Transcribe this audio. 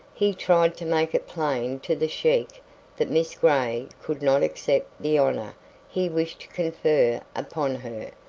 he tried to make it plain to the sheik that miss gray could not accept the honor he wished to confer upon her,